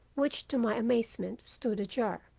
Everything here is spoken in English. which to my amazement stood ajar,